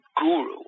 guru